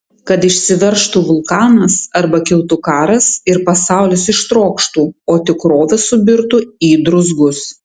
kad išsiveržtų vulkanas arba kiltų karas ir pasaulis ištrokštų o tikrovė subirtų į druzgus